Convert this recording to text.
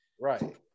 right